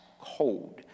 cold